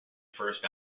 first